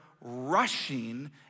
rushing